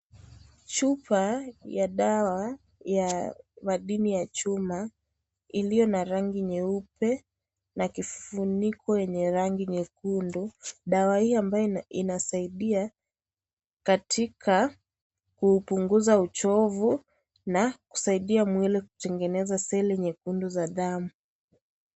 Chupa ya dawa ya madini ya chuma iliyo na rangi nyeupe na kifuniko yenye rangi nyekundu . Dawa hii ambayo inasaidia katika kupunguza uchovu na kusaidia mwili kutengeneza seli nyekundu za damu.